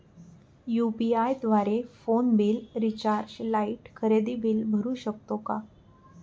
UPI द्वारे phone bill, recharge, light, खरेदी bill भरू शकतो का?